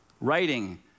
writing